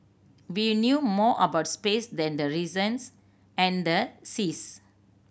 we knew more about space than the reasons and the seas